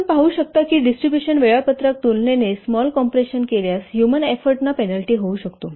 आपण पाहू शकता की डिस्ट्रिब्युशन वेळापत्रकात तुलनेने स्मॉल कॉम्प्रेशन केल्यास ह्यूमन एफ्फोर्टना पेनल्टी होऊ शकतो